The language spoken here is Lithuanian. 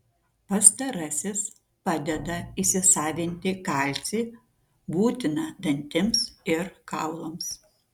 pastarasis padeda įsisavinti kalcį būtiną dantims ir kaulams